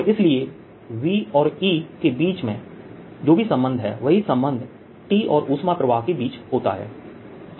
और इसलिए V और E के बीच जो भी संबंध है वही संबंध T और ऊष्मा प्रवाह के बीच होता है